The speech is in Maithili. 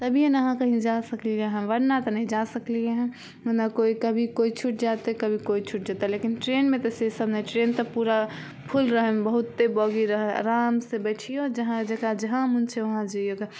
तभिए ने अहाँ कही जा सकली रऽ हँ बरना तऽ नहि जा सकलिए हँ बरना कोइ कभी कोइ छूट जायत तऽ कभी कोइ छूट जेतै लेकिन ट्रेनमे तऽ से सब नहि छै ट्रेन तऽ पूरा फूल रहै बहुत्ते बौगी रहै हइ आराम से बैठियौ जहाँ जेकरा जहाँ मोन छै वहाँ जइयौ गऽ